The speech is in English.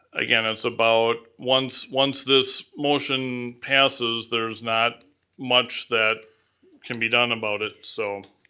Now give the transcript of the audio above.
again, it's about, once once this motion passes there's not much that can be done about it, so.